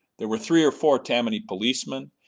there were three or four tammany policemen,